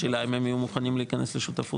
השאלה אם הם יהיו מוכנים להיכנס לשותפות.